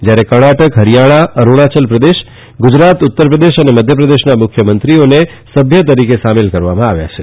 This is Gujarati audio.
જયારે કર્ણાટક હરિયાણા અરૂણાયલ પ્રદેશ ગુજરાત ઉત્તરપ્રદેશ અને મધ્યપ્રદેશના મુખ્યમંત્રીઓને સભ્ય તરીકે સામેલ કરવામાં આવ્યા છે